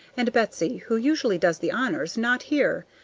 and betsy, who usually does the honors, not here.